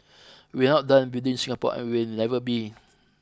we are not done building Singapore and we will never be